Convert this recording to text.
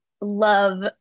love